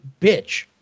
bitch